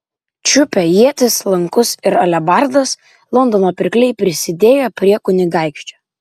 čiupę ietis lankus ir alebardas londono pirkliai prisidėjo prie kunigaikščio